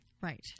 Right